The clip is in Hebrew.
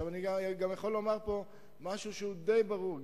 אני גם יכול לומר פה משהו שהוא די ברור.